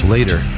Later